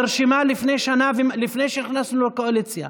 החברה נרשמה לפני שנכנסנו לקואליציה,